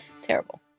Terrible